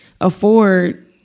afford